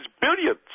billions